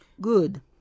Good